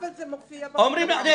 אבל זה מופיע ב --- תודה.